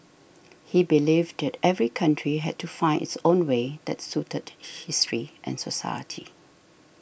he believed that every country had to find its own way that suited history and society